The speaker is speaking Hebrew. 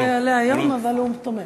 הוא לא יעלה היום, אבל הוא תומך.